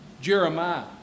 Jeremiah